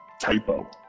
typo